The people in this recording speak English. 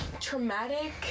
traumatic